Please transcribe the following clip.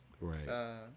Right